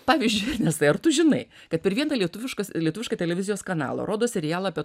pavyzdžiui ernestai ar tu žinai kad per vieną lietuviškas lietuvišką televizijos kanalą rodo serialą apie